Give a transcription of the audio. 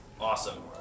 awesome